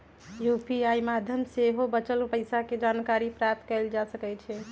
UPI माध्यम से सेहो बचल पइसा के जानकारी प्राप्त कएल जा सकैछइ